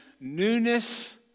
newness